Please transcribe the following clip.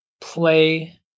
play